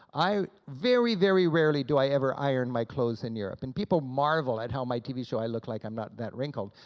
i very, very rarely do i ever iron my clothes in europe, and people marvel at how on my tv show i look like i'm not that wrinkled,